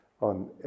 on